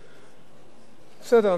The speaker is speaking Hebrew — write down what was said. בסדר,